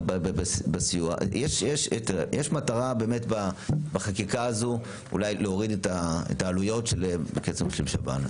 יש מטרה באמת בחקיקה הזו אולי להוריד את העלויות של שב"ן,